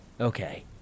Okay